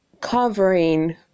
covering